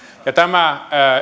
tämä